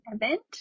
event